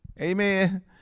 amen